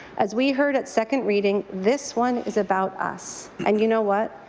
as we heard at second reading, this one is about us. and you know what,